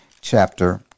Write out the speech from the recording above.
chapter